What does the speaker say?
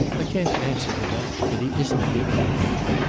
i can't answer for that but he isn't given to kicking,